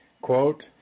quote